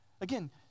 again